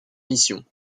mission